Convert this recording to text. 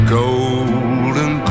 golden